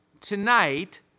tonight